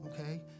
okay